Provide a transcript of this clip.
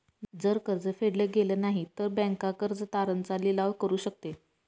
जर कर्ज फेडल गेलं नाही, तर बँक कर्ज तारण चा लिलाव करू शकते